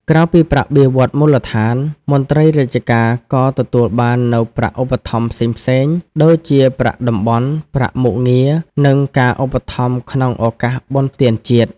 ក្រៅពីប្រាក់បៀវត្សរ៍មូលដ្ឋាន មន្ត្រីរាជការក៏ទទួលបាននូវប្រាក់ឧបត្ថម្ភផ្សេងៗ ដូចជាប្រាក់តំបន់ ប្រាក់មុខងារ និងការឧបត្ថម្ភក្នុងឱកាសបុណ្យទានជាតិ។